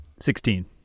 Sixteen